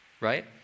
right